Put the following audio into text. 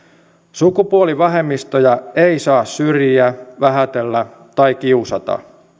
sukupuolivähemmistöjä ei saa syrjiä vähätellä tai kiusata